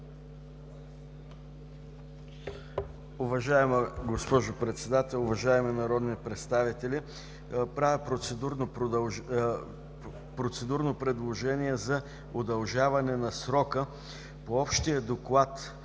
Уважаема госпожо Председател, уважаеми народни представители! Правя процедурно предложение за удължаване на срока по общия Доклад